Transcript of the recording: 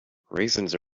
raisins